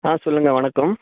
ஆ சொல்லுங்க வணக்கம்